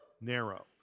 narrow